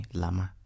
lama